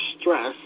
stress